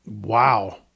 Wow